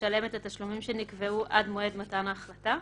לשלם את התשלומים שנקבעו עד מועד מתן ההחלטה: